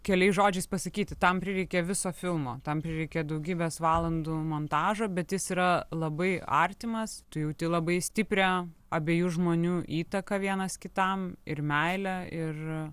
keliais žodžiais pasakyti tam prireikia viso filmo tam prireikė daugybės valandų montažo bet jis yra labai artimas tu jauti labai stiprią abiejų žmonių įtaką vienas kitam ir meilę ir